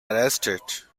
arrested